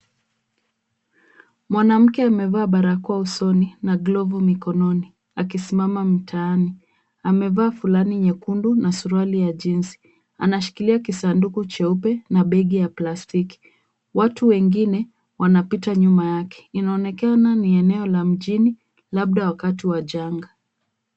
Mwanamke amevaa barakoa usoni na glovu mikononi akisimama mtaani. Amevaa fulana nyekundu na suruali ya jeans . Anashikilia kisanduku cheupe na begi[ ya plastiki. Watu wengine wanapita nyuma yake. Inaonekana ni eneo la mjini labda wakati wa janga.